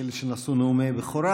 לאלה שנשאו נאומי בכורה.